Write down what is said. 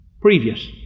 previous